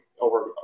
over